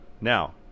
Now